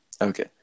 Okay